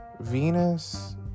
venus